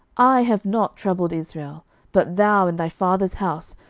i have not troubled israel but thou, and thy father's house,